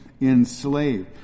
enslaved